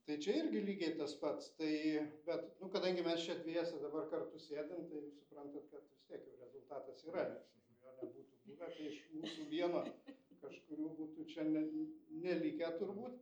tai čia irgi lygiai tas pats tai bet nu kadangi mes čia dviese dabar kartu sėdim tai jūs suprantat kad vis tiek jau rezultatas yra nes jeigu jo nebūtų buvę tai iš mūsų vieno kažkurių būtų čia ne nelikę turbūt